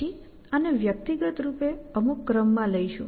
પછી આને વ્યક્તિગત રૂપે અમુક ક્રમમાં લઈશું